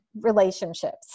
relationships